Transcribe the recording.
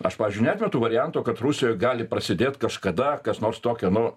aš pavyzdžiui neatmetu varianto kad rusijoj gali prasidėt kažkada kas nors tokio nu